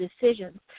decisions